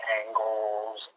angles